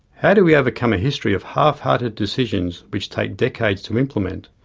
how do we overcome a history of half-hearted decisions which take decades to implement?